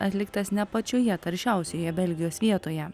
atliktas ne pačioje karščiausioje belgijos vietoje